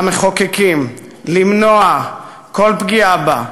המחוקקים, למנוע כל פגיעה בה.